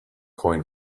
coin